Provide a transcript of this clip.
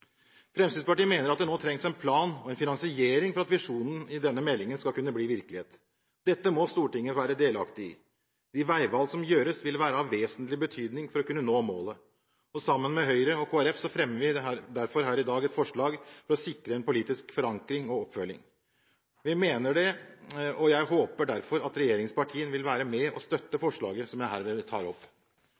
Fremskrittspartiet mener at det nå trengs en plan med en finansiering for at visjonen i denne meldingen skal kunne bli virkelighet. Dette må Stortinget være delaktig i. De veivalg som gjøres, vil være av vesentlig betydning for å kunne nå målet. Sammen med Høyre og Kristelig Folkeparti fremmer vi derfor her i dag et forslag for å sikre en slik politisk forankring og oppfølging. Vi mener det, og jeg håper derfor at regjeringspartiene vil være med og støtte forslaget som jeg herved tar opp.